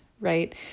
right